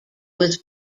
was